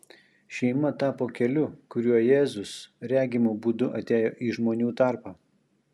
šeima tapo keliu kuriuo jėzus regimu būdu atėjo į žmonių tarpą